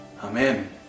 Amen